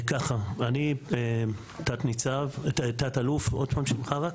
אני תת אלו, עוד פעם שמך רק?